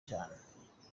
cyane